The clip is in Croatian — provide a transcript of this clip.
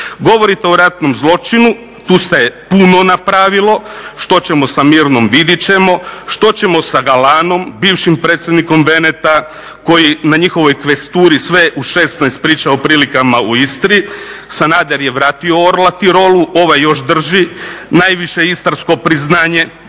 Govorite o ratnom zločinu, tu se puno napravilo, što ćemo sa Mirnom vidjeti ćemo, što ćemo sa Galanom, bivšim predsjednikom Veneta koji na njihovoj kvesturi sve u šesnaest priča o prilikama u Istri, Sanader je vratio orla Tirolu, ovaj još drži, najviše istarsko priznanje,